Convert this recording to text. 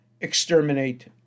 exterminate